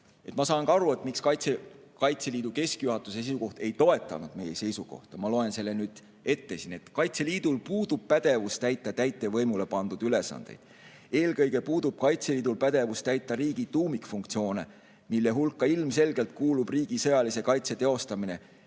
ma saan ka aru, miks Kaitseliidu keskjuhatuse seisukoht ei toetanud meie seisukohta – ja loen selle ette. "Kaitseliidul puudub pädevus täita täitevvõimule pandud ülesandeid. Eelkõige puudub Kaitseliidul pädevus täita riigi tuumikfunktsioone, mille hulka ilmselgelt kuulub riigi sõjalise kaitse teostamine